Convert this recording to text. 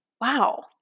wow